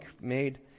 made